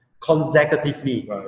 consecutively